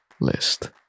list